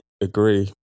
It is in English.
agree